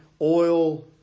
oil